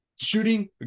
shooting